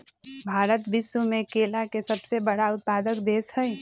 भारत विश्व में केला के सबसे बड़ उत्पादक देश हई